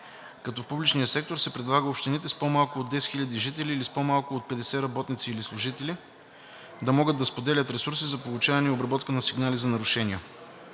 като в публичния сектор се предлага общините с по-малко от 10 000 жители или с по-малко от 50 работници или служители да могат да споделят ресурси за получаване и обработка на сигнали за нарушения.